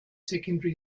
secondary